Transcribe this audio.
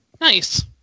Nice